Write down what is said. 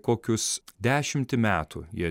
kokius dešimtį metų jie